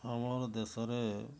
ଆମର ଦେଶରେ